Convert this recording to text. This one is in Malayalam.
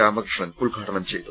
രാമകൃഷ്ണൻ ഉദ്ഘാടനം ചെയ്തു